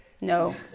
No